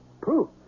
Proof